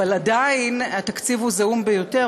אבל עדיין התקציב הוא זעום ביותר,